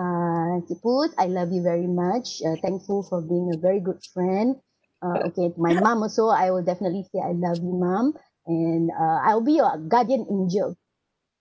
uh siput I love very much uh thankful for being a very good friend uh okay my mom also I will definitely say I love you mom and uh I'll be your guardian angel